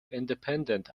independent